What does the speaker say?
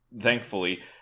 thankfully